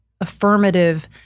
affirmative